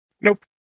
Nope